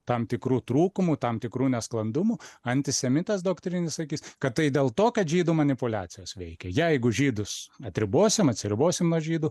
tam tikrų trūkumų tam tikrų nesklandumų antisemitas doktrinis sakys kad tai dėl to kad žydų manipuliacijos veikia jeigu žydus atribosim atsiribosim nuo žydų